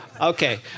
Okay